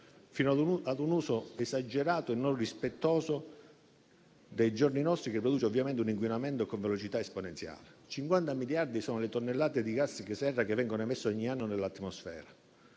fino all'uso esagerato e non rispettoso dei giorni nostri, che produce ovviamente un inquinamento con velocità esponenziale. Cinquanta miliardi sono le tonnellate di gas serra che vengono emesse ogni anno nell'atmosfera,